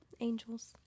angels